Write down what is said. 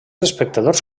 espectadors